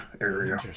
area